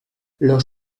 los